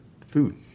food